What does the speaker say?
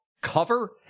cover